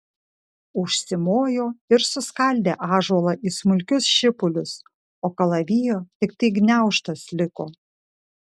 užsimojo ir suskaldė ąžuolą į smulkius šipulius o kalavijo tiktai gniaužtas liko